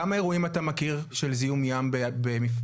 כמה אירועים אתה מכיר של זיהום ים באשקלון?